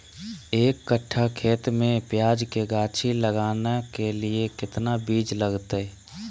एक कट्ठा खेत में प्याज के गाछी लगाना के लिए कितना बिज लगतय?